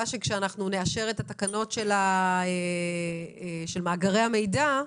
שכאשר אנחנו נאשר את התקנות של מאגרי המידע,